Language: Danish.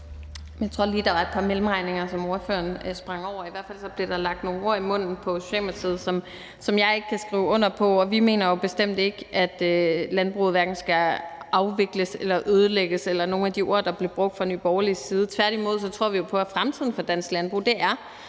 Jeg tror lige, der er et par mellemregninger, som ordføreren sprang over. I hvert fald blev der lagt nogle ord i munden på Socialdemokratiet, som jeg ikke kan skrive under på, og vi mener bestemt ikke, at landbruget hverken skal afvikles eller ødelægges, eller hvad det er for nogle ord, der bliver brugt fra Nye Borgerliges side. Tværtimod tror vi på, at fremtiden for dansk landbrug er